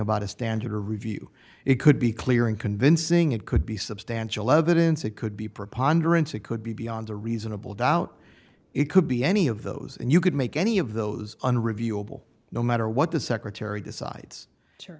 about a standard or review it could be clear and convincing it could be substantial evidence it could be preponderance it could be beyond a reasonable doubt it could be any of those and you could make any of those unreviewable no matter what the secretary decides